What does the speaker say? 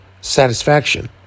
satisfaction